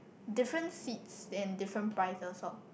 different seats and different price also